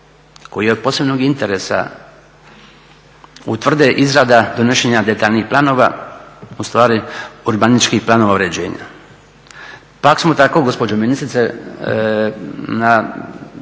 koji je od posebno interesa utvrde izrada donošenja detaljnih planova ustvari urbanističkih planova uređenja. Pa smo tako gospođo ministrice pred